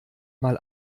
mal